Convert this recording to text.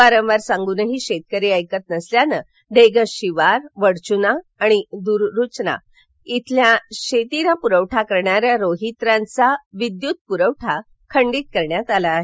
वारंवार सांगूनही शेतकरी ऐकत नसल्यानं ढेगज शिवार वडचुना आणि दुरचूना येथील शेतीला पुरवठा करण्याऱ्या रोहित्रांचा विद्यूत पुरवठा खंडित करण्यात आला आहे